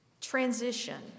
Transition